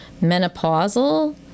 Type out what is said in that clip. menopausal